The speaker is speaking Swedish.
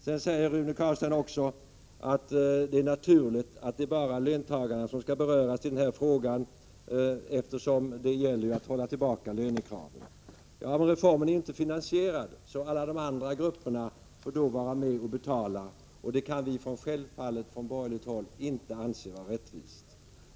Rune Carlstein säger också att det är naturligt att det bara är löntagarna som skall beröras av reformen, eftersom det gäller att hålla tillbaka lönekraven. Ja, men reformen är inte finansierad, så alla de andra grupperna får vara med och betala. Detta kan vi från borgerligt håll självfallet inte anse vara rättvist.